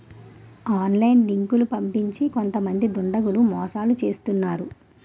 online లింకులు పంపించి కొంతమంది దుండగులు మోసాలు చేస్తున్నారు